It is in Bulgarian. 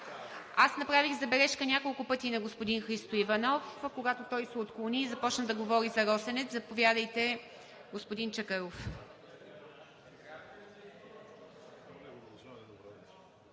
Аз направих забележка няколко пъти на господин Христо Иванов, когато той се отклони и започна да говори за „Росенец“. Заповядайте, господин Чакъров.